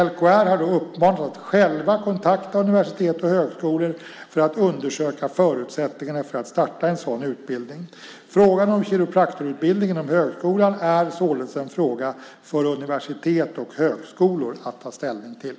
LKR har då uppmanats att själva kontakta universitet och högskolor för att undersöka förutsättningarna för att starta en sådan utbildning. Frågan om en kiropraktorutbildning inom högskolan är således en fråga för universitet och högskolor att ta ställning till.